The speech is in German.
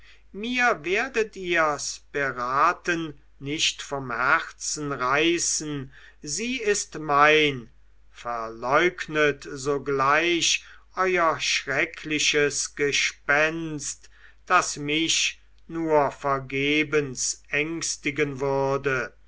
mir werdet ihr speraten nicht vom herzen reißen sie ist mein verleugnet sogleich euer schreckliches gespenst das mich nur vergebens ängstigen würde